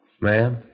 Ma'am